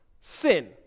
sin